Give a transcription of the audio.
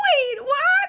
wait what